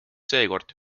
seekord